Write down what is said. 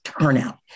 turnout